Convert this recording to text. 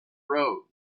road